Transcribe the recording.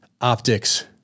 optics